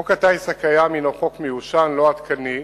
חוק הטיס הקיים הוא חוק מיושן, לא עדכני,